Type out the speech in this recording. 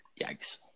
Yikes